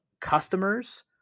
customers